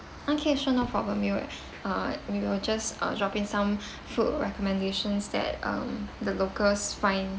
okay sure no problem we will uh we will just uh drop in some food recommendations that um the locals find